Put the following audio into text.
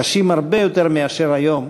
קשים הרבה יותר מאשר היום,